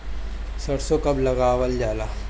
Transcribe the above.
सरसो कब लगावल जाला?